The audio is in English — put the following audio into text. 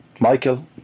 Michael